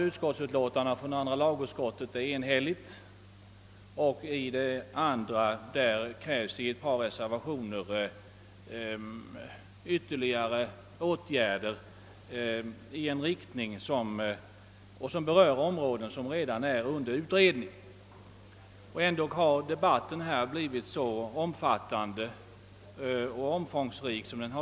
Ett av utlåtandena från andra lagutskottet är enhälligt och i ett krävs i ett par reservationer ytterligare åtgärder som berör områden vilka redan är under utredning. Ändå har debatten blivit så omfångsrik.